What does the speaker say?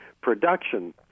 production